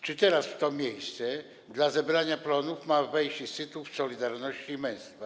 Czy teraz w to miejsce dla zebrania plonów ma wejść Instytut Solidarności i Męstwa?